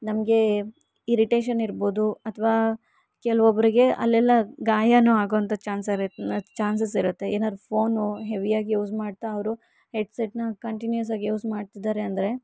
ನಮಗೆ ಇರಿಟೇಷನ್ ಇರಬೋದು ಅಥ್ವಾ ಕೆಲವೊಬ್ರಿಗೆ ಅಲ್ಲೆಲ್ಲ ಗಾಯವೂ ಆಗೋಂಥ ಚಾನ್ಸಸ್ ಇರು ಚಾನ್ಸಸ್ಸಿರುತ್ತೆ ಏನಾರು ಫೋನು ಹೆವಿಯಾಗಿ ಯೂಸ್ ಮಾಡ್ತಾ ಅವರು ಹೆಡ್ಸೆಟ್ನ ಕಂಟಿನ್ಯೂಯಸ್ಸಾಗಿ ಯೂಸ್ ಮಾಡ್ತಿದ್ದಾರೆ ಅಂದರೆ